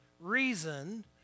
reason